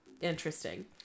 Interesting